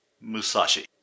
Musashi